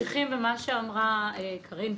אם אנחנו ממשיכים במה שאמרה קארין,